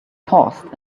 paused